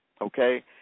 okay